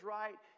right